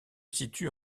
situe